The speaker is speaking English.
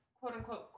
quote-unquote